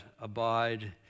abide